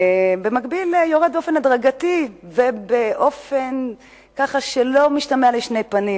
יורדת באופן הדרגתי ובאופן שלא משתמע לשתי פנים